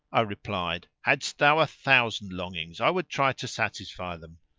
i replied, hadst thou a thousand longings i would try to satisfy them!